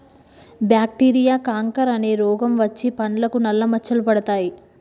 bacteria canker అనే రోగం వచ్చి పండ్లకు నల్ల మచ్చలు పడతాయి